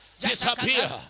disappear